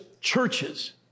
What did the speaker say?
churches